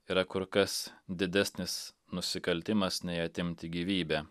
yra kur kas didesnis nusikaltimas nei atimti gyvybę